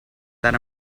that